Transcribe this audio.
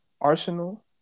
Arsenal